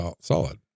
solid